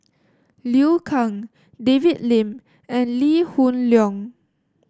Liu Kang David Lim and Lee Hoon Leong